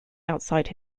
outside